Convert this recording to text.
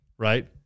right